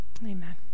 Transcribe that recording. Amen